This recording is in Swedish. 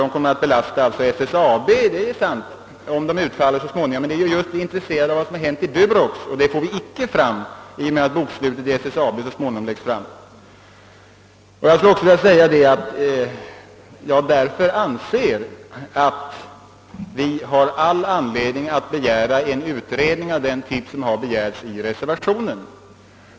Visserligen är det sant att de sistnämnda belastar SSAB, när de så småningom utfaller, men det intressanta är vad som har hänt i Durox. Och det får vi inte något svar på i och med att bokslutet för SSAB lägges fram. Jag anser att vi har all anledning begära en utredning av den typ som det talas om i reservationen.